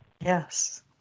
Yes